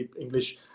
English